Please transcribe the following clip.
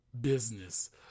business